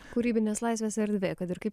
kūrybinės laisvės erdvė kad ir kaip